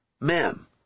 mem